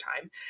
time